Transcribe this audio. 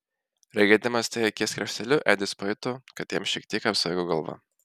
regėdamas tai akies krašteliu edis pajuto kad jam šiek tiek apsvaigo galva